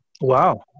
Wow